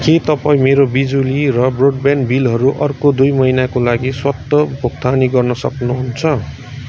के तपाईँ मेरो बिजुली र ब्रोडब्यान्ड बिलहरू अर्को दुई महिनाका लागि स्वतः भुक्तानी गर्न सक्नुहुन्छ